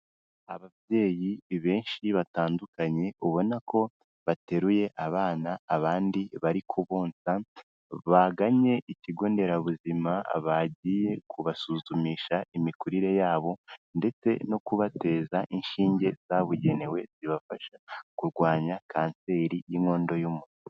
Ababyeyi benshi batandukanye, ubona ko bateruye abana, abandi bari kubotsa, baganye ikigo nderabuzima bagiye kubasuzumisha imikurire yabo, ndetse no kubateza inshinge zabugenewe zibafasha kurwanya kanseri y'inkondo y'umura.